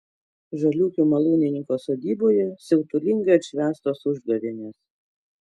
žaliūkių malūnininko sodyboje siautulingai atšvęstos užgavėnės